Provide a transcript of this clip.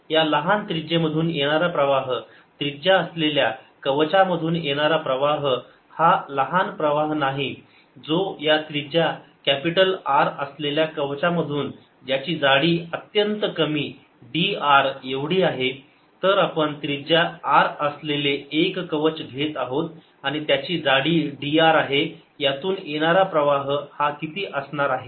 या लहान त्रिज्जे मधून येणारा प्रवाह त्रिज्या असलेल्या कवचा मधून येणारा प्रवाह हा लहान प्रवाह नाही जो या त्रिज्या कॅपिटल R असलेल्या कवचा मधून ज्याची जाडी अत्यंत कमी dr एवढी आहे तर आपण त्रिज्या R असलेले एक कवच घेत आहोत आणि त्याची जाडी dr आहे यातून येणारा प्रवाह हा किती असणार आहे